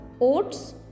oats